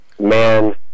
man